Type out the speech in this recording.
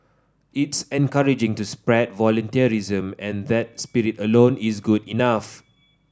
it's encouraging to spread voluntarism and that spirit alone is good enough